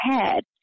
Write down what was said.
head